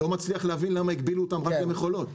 אני לא מצליח להבין למה הגבילו אותם רק למכולות.